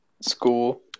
School